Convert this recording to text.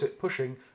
pushing